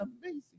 amazing